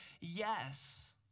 yes